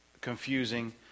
confusing